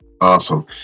Awesome